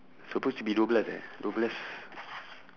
supposed to be dua belas eh dua belas